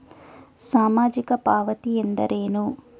ಸಾಮಾಜಿಕ ಪಾವತಿ ಎಂದರೇನು?